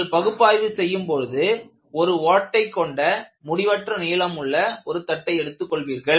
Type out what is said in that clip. நீங்கள் பகுப்பாய்வு செய்யும் பொழுது ஒரு ஓட்டைக் கொண்ட முடிவற்ற நீளமுள்ள ஒரு தட்டை எடுத்துக் கொள்வீர்கள்